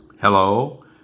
Hello